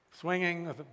swinging